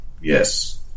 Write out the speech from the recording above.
Yes